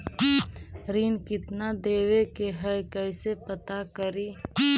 ऋण कितना देवे के है कैसे पता करी?